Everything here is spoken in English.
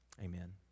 Amen